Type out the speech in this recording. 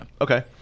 Okay